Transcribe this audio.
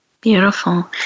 Beautiful